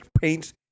paints